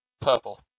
Purple